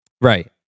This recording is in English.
Right